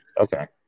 okay